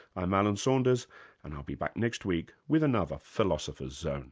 i'm alan saunders and i'll be back next week with another philosopher's zone